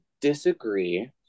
disagree